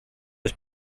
was